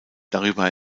darüber